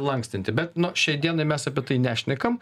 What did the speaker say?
lankstinti bet no šiai dienai mes apie tai nešnekam